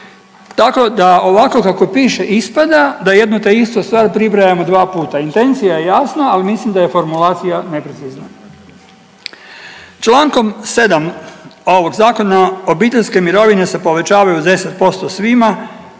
Tako da ovako kako piše ispada da jednu te istu stvar pribrajamo dva puta, intencija je jasna, al mislim da je formulacija neprecizna. Čl. 7. ovog zakona obiteljske mirovine se povećavaju 10% svima